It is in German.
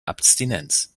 abstinenz